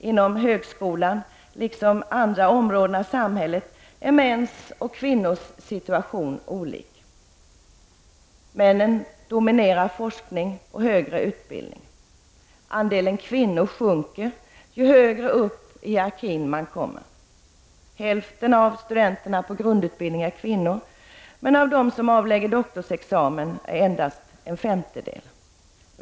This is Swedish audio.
Inom högskolan, liksom inom andra områden av samhället, är mäns och kvinnors situation olika. Männen dominerar forskning och högre utbildning. Andelen kvinnor sjunker ju högre upp i hierakin man kommer. Hälften av studenterna på grundutbildningarna är kvinnor, men av dem som avlägger doktorsexamen är endast en femtedel kvinnor.